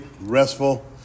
restful